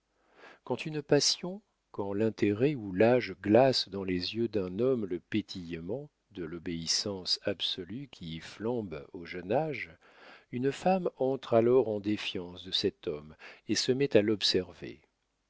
quand une passion quand l'intérêt ou l'âge glacent dans les yeux d'un homme le pétillement de l'obéissance absolue qui y flambe au jeune âge une femme entre alors en défiance de cet homme et se met à l'observer